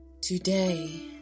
Today